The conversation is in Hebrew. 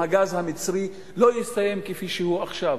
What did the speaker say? הגז המצרי לא יסתיים כפי שהוא עכשיו.